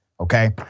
Okay